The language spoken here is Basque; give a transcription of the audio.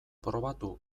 probatu